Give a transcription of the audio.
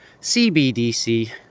CBDC